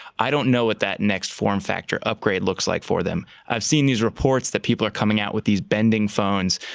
i don't know what that next form factor upgrade looks like for them. i've seen these reports that people are coming out with these bending phones.